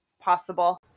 possible